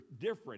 different